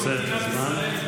אני מציע למנסור עבאס,